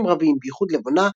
וייצאה תבלינים רבים, בייחוד לבונה,